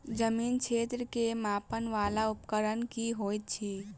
जमीन क्षेत्र केँ मापय वला उपकरण की होइत अछि?